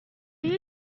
you